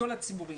מכל הציבורים,